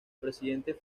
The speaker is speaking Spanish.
presidente